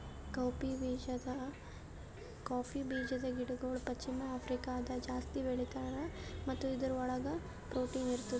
cowpea ಬೀಜದ ಗಿಡಗೊಳ್ ಪಶ್ಚಿಮ ಆಫ್ರಿಕಾದಾಗ್ ಜಾಸ್ತಿ ಬೆಳೀತಾರ್ ಮತ್ತ ಇದುರ್ ಒಳಗ್ ಪ್ರೊಟೀನ್ ಇರ್ತದ